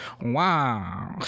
Wow